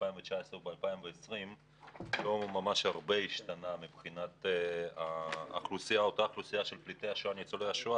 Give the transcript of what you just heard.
ב-2019 וב-2020 לא הרבה השתנה מבחינת האוכלוסייה של ניצולי השואה,